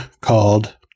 called